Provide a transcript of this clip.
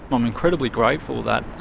i'm incredibly grateful that